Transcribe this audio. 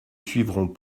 suivrons